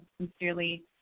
Sincerely